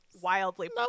wildly